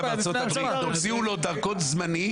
בקונסוליה בארה"ב, והוציאו לו דרכון זמני.